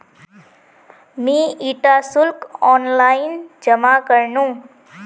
मी इटा शुल्क ऑनलाइन जमा करनु